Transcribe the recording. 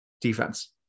Defense